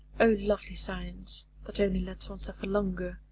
o lovely science, that only lets one suffer longer!